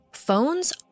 Phones